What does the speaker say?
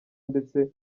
ndetse